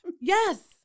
Yes